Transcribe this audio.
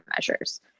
measures